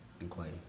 inquiry